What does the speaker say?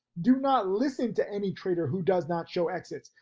do not listen to any trader who does not show exits.